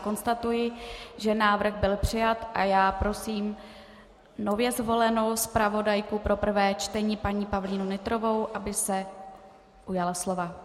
Konstatuji, že návrh byl přijat a já prosím nově zvolenou zpravodajku pro prvé čtení paní Pavlínu Nytrovou, aby se ujala slova.